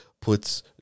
puts